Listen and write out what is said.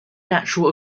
natural